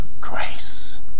grace